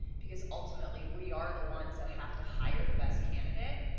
because, ultimately, we are the ones that have to hire the best candidate.